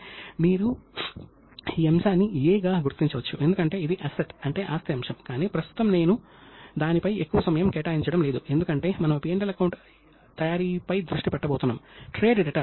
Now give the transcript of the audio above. కౌటిల్యని అర్ధశాస్త్ర ఖాతాల నిర్వహణ ప్రకారం ఆర్థిక సంవత్సరం నిర్ణయించబడింది మరియు ఖాతాల మూసివేత మరియు తనిఖీ యొక్క పూర్తి ప్రక్రియ కూడా ప్రస్తావించబడింది